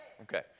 Okay